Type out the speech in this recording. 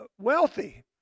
wealthy